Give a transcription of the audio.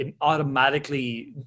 automatically